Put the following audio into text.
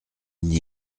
n’y